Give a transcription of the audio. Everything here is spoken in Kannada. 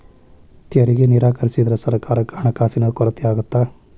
ತೆರಿಗೆ ನಿರಾಕರಿಸಿದ್ರ ಸರ್ಕಾರಕ್ಕ ಹಣಕಾಸಿನ ಕೊರತೆ ಆಗತ್ತಾ